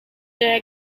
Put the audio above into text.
that